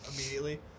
immediately